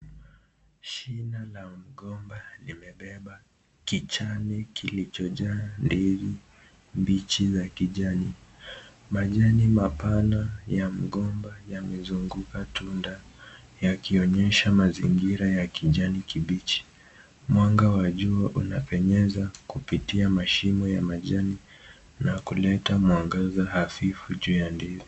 Shina la mgomba limebeba kijani kilichojaa ndizi mbichi za kijani. Majani mapana ya mgomba yamezunguka tunda, yakionyesha mazingira ya kijani kibichi. Mwanga wa jua unapenyeza kupitia mashimo ya majani na kuleta mwangaza hafifu juu ya ndizi.